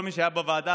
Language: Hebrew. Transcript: כל מי שהיה בוועדה,